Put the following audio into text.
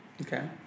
Okay